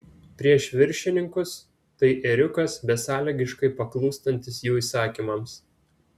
prieš viršininkus tai ėriukas besąlygiškai paklūstantis jų įsakymams